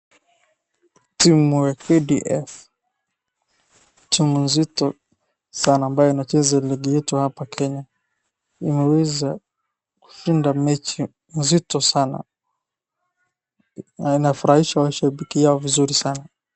Timu ya KDF, timu nzito sana ambayo inacheza ligi yetu hapa Kenya. Imeweza kushinda mechi mzito sana, na inafurahishwa na shabiki yao vizuri sana.